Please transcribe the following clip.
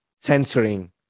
censoring